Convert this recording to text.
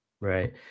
right